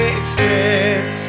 express